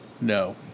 No